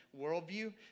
worldview